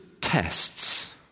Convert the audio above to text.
tests